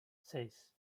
seis